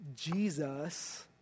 Jesus